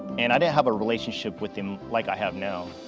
and i didn't have a relationship with him, like i have now.